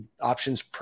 options